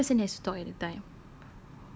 one person has to talk at a time